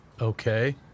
okay